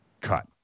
cut